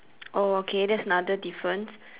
oh okay that's another difference